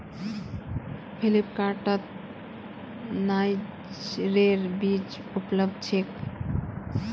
फ्लिपकार्टत नाइजरेर बीज उपलब्ध छेक